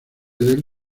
del